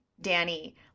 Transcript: Danny